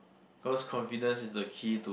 cause confidence is the key to